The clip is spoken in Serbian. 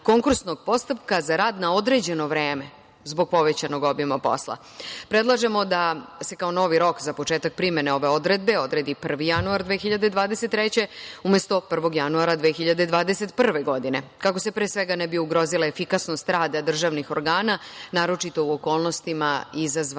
konkursnog postupka za rad na određeno vreme, zbog povećanog obima posla. Predlažemo da se kao novi rok za početak primene ove odredbe, odredi 1. januar 2023. godine umesto 1. januara 2021. godine, kako se pre svega ne bi ugrozila efikasnost rada državnih organa, naročito u okolnostima izazvanim